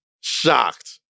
Shocked